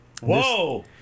Whoa